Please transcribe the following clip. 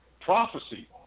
Prophecy